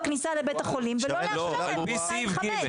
בכניסה לבית החולים ולא לאפשר להם להיכנס עם חמץ?